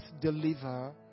deliver